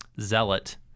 zealot